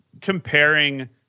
comparing